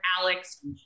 Alex